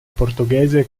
portoghese